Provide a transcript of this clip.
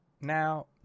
Now